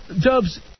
Dubs